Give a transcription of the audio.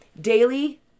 Daily